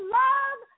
love